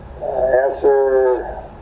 answer